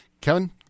Kevin